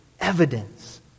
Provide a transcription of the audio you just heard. evidence